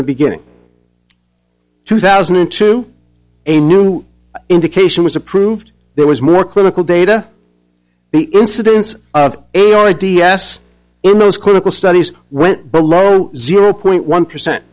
the beginning two thousand and two a new indication was approved there was more clinical data the incidence of a i d s in those clinical studies went below zero point one percent